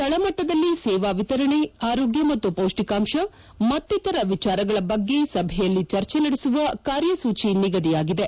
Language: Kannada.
ತಳಮಟ್ಟದಲ್ಲಿ ಸೇವಾ ವಿತರಣೆ ಆರೋಗ್ಗ ಮತ್ತು ಪೌಷ್ಷಿಕಾಂತ ಮತ್ತಿತರ ವಿಚಾರಗಳ ಬಗ್ಗೆ ಸಭೆಯಲ್ಲಿ ಚರ್ಚೆ ನಡೆಸುವ ಕಾರ್ಯಸೂಚಿ ನಿಗದಿಯಾಗಿದೆ